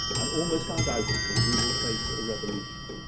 and almost undoubtedly we will face a revolution.